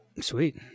Sweet